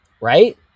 right